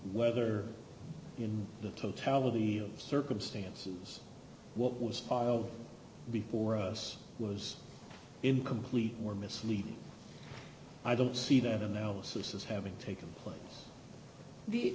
whether in the totality of circumstances what was filed before us was incomplete or misleading i don't see that analysis as having taken place the